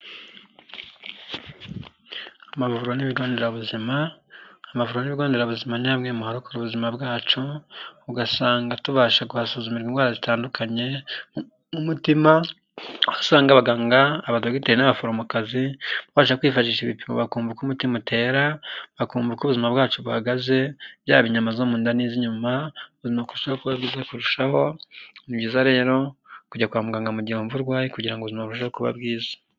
Amavuriro n'ibigo nderabuzima, amavuriro n'ibigo nderabuzima ni hamwe mu harokora ubuzima bwacu, ugasanga tubasha kuhasuzumirwa indwara zitandukanye, nk'umutima aho usanga abaganga, abadogiteri n'abaforomokazi, bababasha kwifashisha ibipimo bakumva uko umutima utera, bakumva uko ubuzima bwacu buhagaze, byaba inyama zo mu nda n'iz'inyuma bukarushaho kuba bwiza kurushaho. Ni byiza rero kujya kwa muganga mu gihe wumva urwaye kugira ngo ubuzima burusheho kuba bwiza